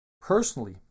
Personally